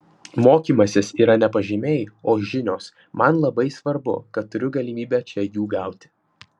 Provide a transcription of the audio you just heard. mokymasis yra ne pažymiai o žinios man labai svarbu kad turiu galimybę čia jų gauti